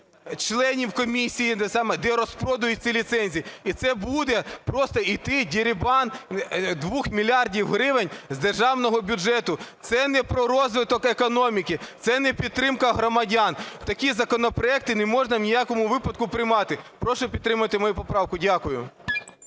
членів комісії, саме де розпродують ці ліцензії. І це буде просто йти дерибан 2 мільярдів гривен з державного бюджету. Це не про розвиток економіки, це не підтримка громадян. Такі законопроекти не можна ні в якому випадку приймати. Прошу підтримати мою поправку. Дякую.